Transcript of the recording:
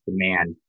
demand